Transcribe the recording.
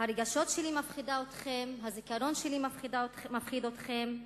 הרגשות שלי מפחידים אתכם, הזיכרון שלי מפחיד אתכם,